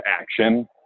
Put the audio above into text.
action